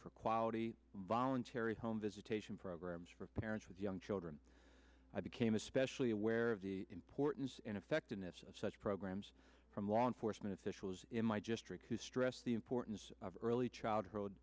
quality voluntary home visitation programs for parents with young children i became especially aware of the importance ineffectiveness of such programs from law enforcement officials in my just trick to stress the importance of early childhood